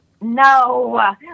No